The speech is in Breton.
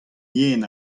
yen